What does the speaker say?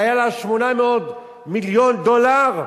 שהיו לה 800 מיליון דולר,